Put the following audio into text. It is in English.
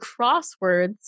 crosswords